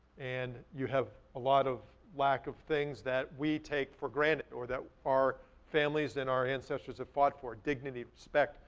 and you have a lot of lack of things that we take for granted or that our families and our ancestors have fought for, dignity, respect,